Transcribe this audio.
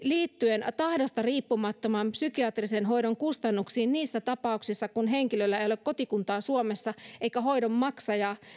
liittyen tahdosta riippumattoman psykiatrisen hoidon kustannuksiin niissä tapauksissa kun henkilöllä ei ole kotikuntaa suomessa eikä hoidon maksaja